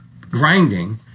grinding